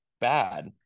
bad